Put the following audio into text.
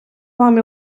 вам